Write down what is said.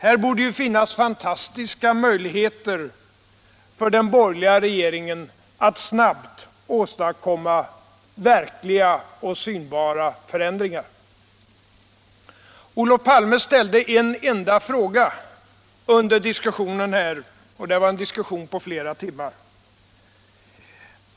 Men då borde det ju finnas fantastiska möjligheter för den borgerliga regeringen att snabbt åstadkomma verkliga och synbara förändringar. Olof Palme ställde en enda fråga under diskussionen här, som varade flera timmar.